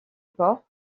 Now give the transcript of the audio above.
port